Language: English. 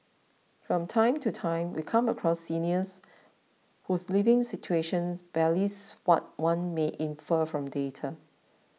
from time to time we come across seniors whose living situations belies what one may infer from data